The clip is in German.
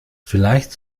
vielleicht